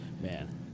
Man